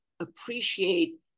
appreciate